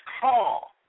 call